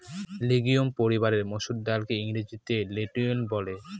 legume পরিবারের মসুর ডালকে ইংরেজিতে লেন্টিল বলে